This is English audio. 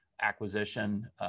acquisition